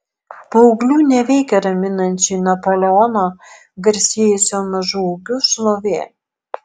paauglių neveikia raminančiai napoleono garsėjusio mažu ūgiu šlovė